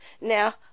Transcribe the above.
Now